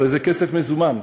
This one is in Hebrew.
הרי זה כסף מזומן.